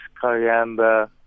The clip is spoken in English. coriander